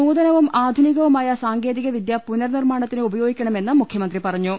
നൂതനവും ആധു നികവുമായ സാങ്കേതികവിദ്യ പുനർനിർമ്മാണത്തിന് ഉപ യോഗിക്കണമെന്ന് മുഖ്യമന്ത്രി പറഞ്ഞു